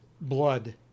Blood